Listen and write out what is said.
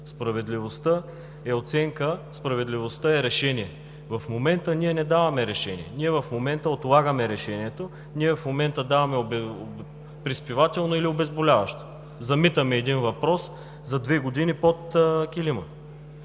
Справедливостта е оценка, справедливостта е решение. В момента ние не даваме решение, ние в момента отлагаме решението, ние в момента даваме приспивателно или обезболяващо. Замитаме един въпрос под килима